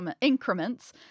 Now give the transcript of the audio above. increments